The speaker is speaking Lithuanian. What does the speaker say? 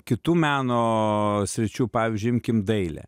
kitų meno sričių pavyzdžiui imkim dailę